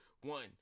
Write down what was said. one